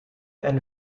and